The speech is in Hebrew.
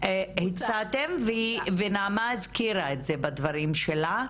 הצעתם ונעמה הזכירה את זה בדברים שלה,